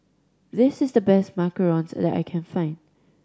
this is the best macarons that I can find